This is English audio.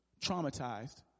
traumatized